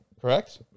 correct